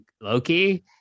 Loki